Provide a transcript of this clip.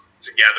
together